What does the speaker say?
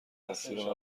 تقصیر